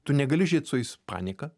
tu negali žiūrėt su panika